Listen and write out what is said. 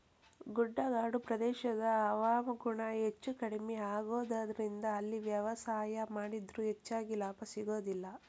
ಗುಡ್ಡಗಾಡು ಪ್ರದೇಶದ ಹವಾಗುಣ ಹೆಚ್ಚುಕಡಿಮಿ ಆಗೋದರಿಂದ ಅಲ್ಲಿ ವ್ಯವಸಾಯ ಮಾಡಿದ್ರು ಹೆಚ್ಚಗಿ ಲಾಭ ಸಿಗೋದಿಲ್ಲ